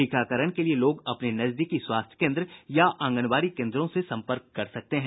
टीकाकरण के लिए लोग अपने नजदीकी स्वास्थ्य केन्द्र या आंगबाड़ी केन्द्रों में सम्पर्क कर सकते हैं